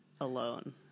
alone